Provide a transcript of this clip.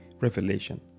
revelation